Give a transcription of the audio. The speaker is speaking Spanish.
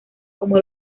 como